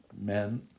men